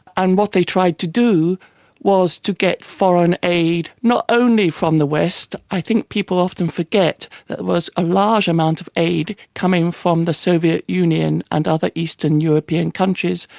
and what they tried to do was to get foreign aid, not only from the west, i think people often forget that there was a large amount of aid coming from the soviet union and other eastern european countries,